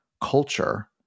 culture